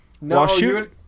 No